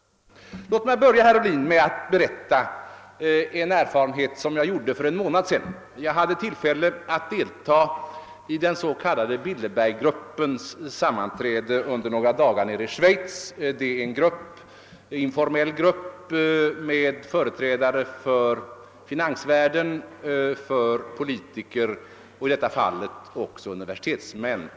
Låt mig då börja med att berätta en erfarenhet som jag gjorde för en månad sedan. Jag hade då tillfälle att delta i den s.k. Bilderberggruppens sammanträde under några dagar nere i Schweiz. Det är en informell grupp med företrädare för finansmän och politiker och i deita fall även universitetsmän.